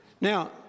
Now